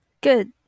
good